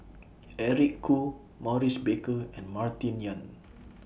Eric Khoo Maurice Baker and Martin Yan